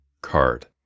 card